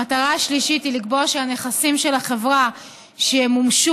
המטרה השלישית היא לקבוע שהנכסים של החברה שימומשו,